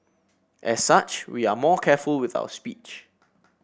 as such we are more careful with our speech